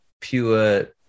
pure